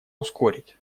ускорить